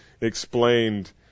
explained